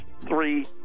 three